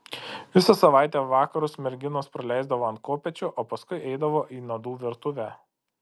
visą savaitę vakarus merginos praleisdavo ant kopėčių o paskui eidavo į nuodų virtuvę